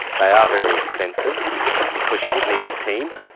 they are very expensive because you would need a team.